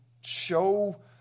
show